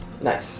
Nice